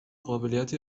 قابلیت